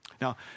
Now